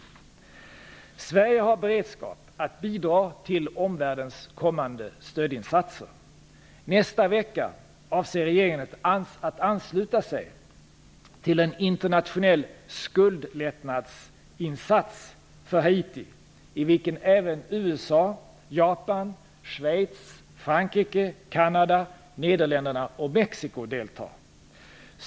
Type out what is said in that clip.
Sverige har beredskap att bidra till omvärldens kommande stödinsatser. Nästa vecka avser regeringen att ansluta sig till en internationell skuldlättnadsinsats för Haiti, i vilken även USA, Japan, Schweiz, Frankrike, Kanada, Nederländerna och Mexico deltar.